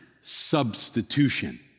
substitution